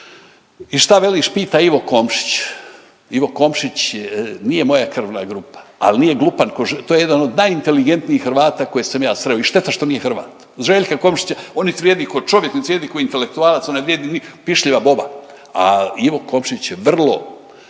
„I što veliš?“ pita Ivo Komšić. Ivo Komšić nije moja krvna grupa, ali nije glupan. To je jedan od najinteligentnijih Hrvata koje sam ja sreo i šteta što nije Hrvat. … /ne razumije se/ … Željka Komšića, on niti vrijedi kao čovjek, niti vrijedi kao intelektualac, on ne vrijedi ni pišljiva boba. A Ivo Komšić je vrlo